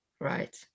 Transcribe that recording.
Right